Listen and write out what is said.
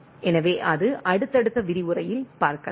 எனவே அது அடுத்தடுத்த விரிவுரையில் பார்க்கலாம்